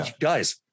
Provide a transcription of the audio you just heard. Guys